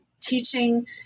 teaching